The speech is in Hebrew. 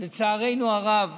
לצערנו הרב